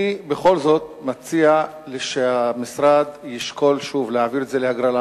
אני בכל זאת מציע שהמשרד ישקול שוב להעביר את זה להגרלה,